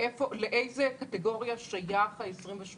לאיזו קטגוריה שייך ה-28%,